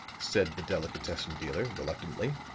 said the delicatessen dealer, reluctantly,